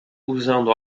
usando